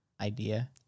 idea